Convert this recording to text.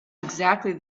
exactly